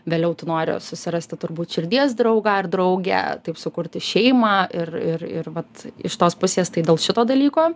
vėliau tu nori susirasti turbūt širdies draugą ar draugę taip sukurti šeimą ir ir ir vat iš tos pusės tai dėl šito dalyko